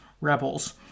rebels